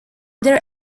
their